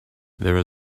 there